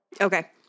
Okay